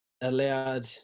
allowed